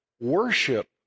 worship